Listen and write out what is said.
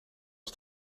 het